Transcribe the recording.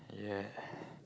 yeah